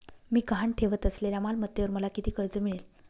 मी गहाण ठेवत असलेल्या मालमत्तेवर मला किती कर्ज मिळेल?